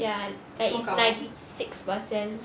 ya like it's ninety six percent